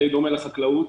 די דומה לחקלאות,